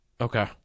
Okay